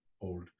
old